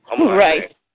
Right